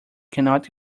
cannot